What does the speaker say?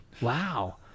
Wow